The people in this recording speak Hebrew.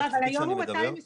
לא, אבל היום הוא 220 מיליון.